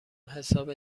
حساب